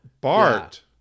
Bart